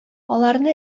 аларны